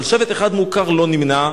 אבל שבט אחד מוכר לא נמנה,